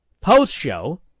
post-show